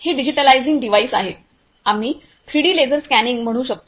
हे digitalizing device आहे आम्ही थ्रीडी लेसर स्कॅनिंग म्हणू शकतो